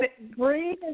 breathe